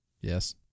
Yes